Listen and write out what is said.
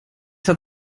hat